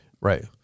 right